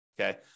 Okay